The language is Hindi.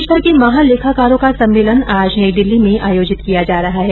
देशभर के महालेखाकारों का सम्मेलन आज नई दिल्ली में आयोजित किया जा रहा है